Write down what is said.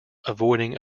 avoiding